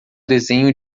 desenho